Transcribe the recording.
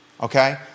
Okay